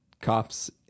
cops